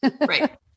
Right